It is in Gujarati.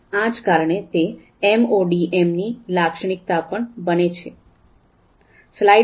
આજ કારણે તે એમઓડીએમની લાક્ષણિકતા પણ બને છે